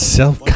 self